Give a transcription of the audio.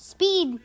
Speed